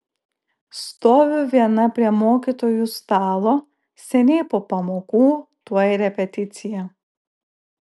stoviu viena prie mokytojų stalo seniai po pamokų tuoj repeticija